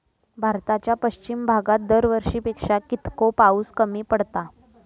भारताच्या पश्चिम भागात दरवर्षी पेक्षा कीतको पाऊस कमी पडता?